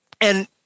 And-